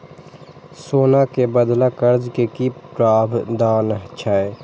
सोना के बदला कर्ज के कि प्रावधान छै?